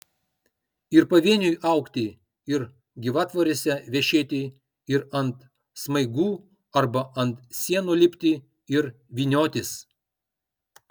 ir pavieniui augti ir gyvatvorėse vešėti ir ant smaigų arba ant sienų lipti ir vyniotis